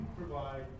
provide